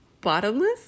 Bottomless